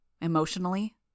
Emotionally